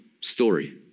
story